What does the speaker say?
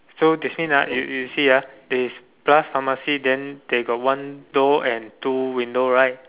so that means ah you you see ah there's plus pharmacy then they got one door and two window right